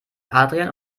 adrian